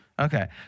Okay